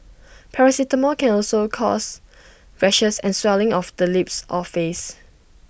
paracetamol can also cause rashes and swelling of the lips or face